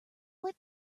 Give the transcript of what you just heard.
what